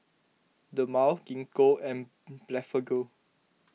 Dermale Gingko and Blephagel